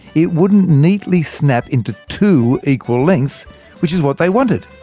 it wouldn't neatly snap into two equal lengths which is what they wanted.